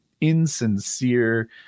insincere